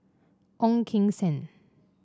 Ong Keng Sen